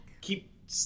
keep